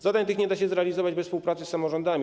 Zadań tych nie da się zrealizować bez współpracy z samorządami.